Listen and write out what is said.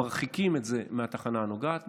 מרחיקים את זה מהתחנה הנוגעת,